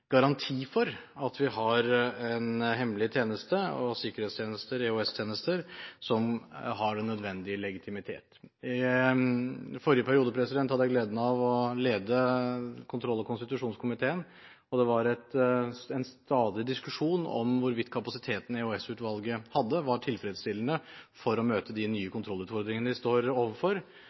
garanti for at vi har hemmelige tjenester og sikkerhetstjenester – EOS-tjenester – som har den nødvendige legitimitet. I forrige periode hadde jeg gleden av å lede kontroll- og konstitusjonskomiteen. Det var en stadig diskusjon om hvorvidt kapasiteten EOS-utvalget hadde, var tilfredsstillende for å møte de nye kontrollutfordringene vi står overfor.